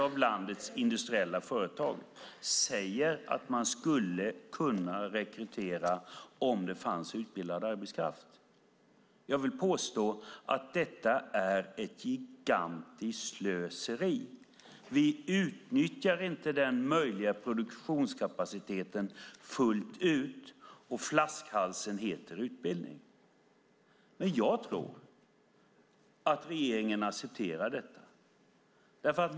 Av landets industriella företag säger 70 procent att man skulle kunna rekrytera om det fanns utbildad arbetskraft. Jag vill påstå att det är ett gigantiskt slöseri. Vi utnyttjar inte den möjliga produktionskapaciteten fullt ut; flaskhalsen heter utbildning. Jag tror att regeringen accepterar detta.